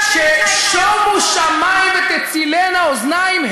ששומו שמים ותצילנה אוזניים,